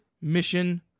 mission